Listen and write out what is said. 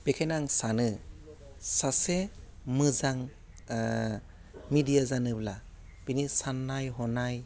बेखायनो आं सानो सासे मोजां मेडिया जानोब्ला बिनि साननाय हनाय